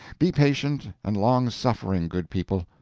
be patient and long-suffering, good people,